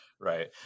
right